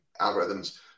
algorithms